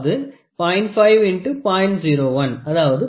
05 0